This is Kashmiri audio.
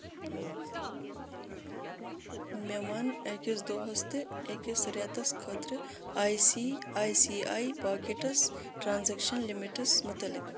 مےٚ وَن أکِس دۄہَس تہٕ أکِس رٮ۪تَس خٲطرٕ I C I C I Pockets transaction limits مُتعلِق